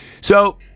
So-